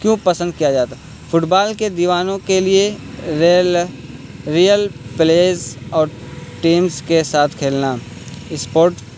کیوں پسند کیا جاتا فٹبال کے دیوانوں کے لیے ریئل ریئل پلیز اور ٹیمس کے ساتھ کھیلنا اسپورٹ